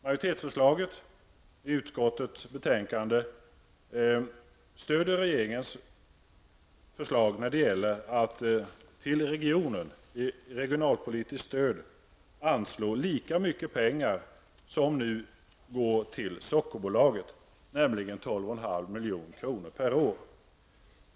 Majoritetsförslaget i utskottets betänkande stöder regeringens förslag när det gäller att till regionen ge regionalpolitiskt stöd och anslå lika mycket pengar som nu går till Sockerbolaget, nämligen 12,5 milj.kr. per år.